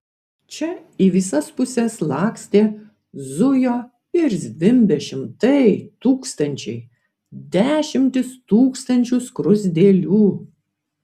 čia į visas puses lakstė zujo ir zvimbė šimtai tūkstančiai dešimtys tūkstančių skruzdėlių